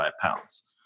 pounds